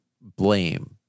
blame